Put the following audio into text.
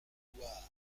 boudoir